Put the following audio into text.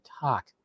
talk